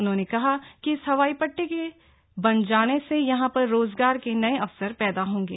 उन्होंने कहा कि इस हवाई पट्टी के बन जाने से यहां पर रोजगार के नये अवसर पैदा होंगे